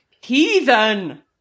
Heathen